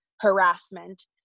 harassment